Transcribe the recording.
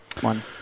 one